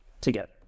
together